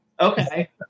Okay